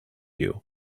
you